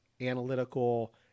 analytical